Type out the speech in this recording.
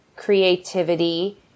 creativity